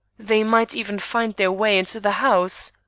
they might even find their way into the house.